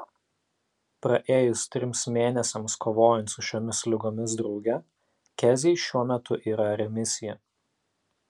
praėjus trims mėnesiams kovojant su šiomis ligomis drauge keziai šiuo metu yra remisija